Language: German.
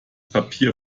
paper